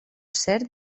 ser